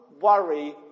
worry